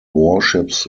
warships